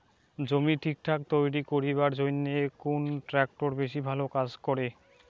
জমি ঠিকঠাক তৈরি করিবার জইন্যে কুন ট্রাক্টর বেশি ভালো কাজ করে?